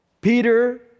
Peter